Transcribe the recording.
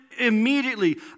immediately